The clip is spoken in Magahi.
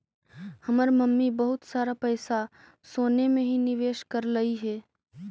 हमर मम्मी बहुत सारा पैसा सोने में ही निवेश करलई हे